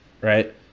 right